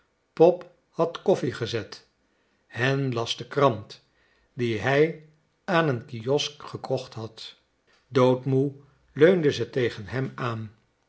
pop had koffie gezet hen las de krant die hij aan een kiosk gekocht had doodmoe leunde ze tegen hem aan